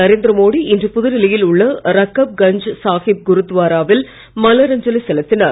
நரேந்திர மோடி இன்று புதுடெல்லியில் உள்ள ரக்கப் கஞ்ச் சாகிப் குருத்வாராவில் மலர் அஞ்சலி செலுத்தினார்